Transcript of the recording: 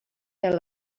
their